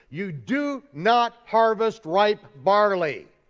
you do not harvest ripe barley.